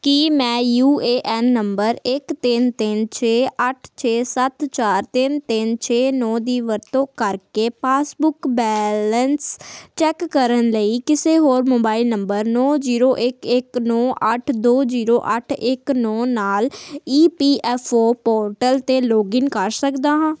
ਕੀ ਮੈਂ U A N number ਇੱਕ ਤਿੰਨ ਤਿੰਨ ਛੇ ਅੱਠ ਛੇ ਸੱਤ ਚਾਰ ਤਿੰਨ ਤਿੰਨ ਛੇ ਨੌਂ ਦੀ ਵਰਤੋਂ ਕਰ ਕੇ ਪਾਸਬੁੱਕ ਬੈਲੇਂਸ ਚੈੱਕ ਕਰਨ ਲਈ ਕਿਸੇ ਹੋਰ ਮੋਬਾਈਲ ਨੰਬਰ ਨੌਂ ਜੀਰੋ ਇੱਕ ਇੱਕ ਨੌਂ ਅੱਠ ਦੋ ਜੀਰੋ ਅੱਠ ਇੱਕ ਨੌਂ ਨਾਲ E P F O portal 'ਤੇ ਲੌਗਇਨ ਕਰ ਸਕਦਾ ਹਾਂ